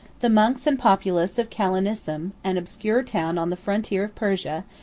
the monks and populace of callinicum, an obscure town on the frontier of persia,